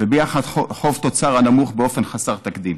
וביחד, וחוב תוצר נמוך באופן חסר תקדים.